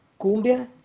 Cumbia